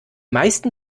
meisten